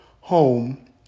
home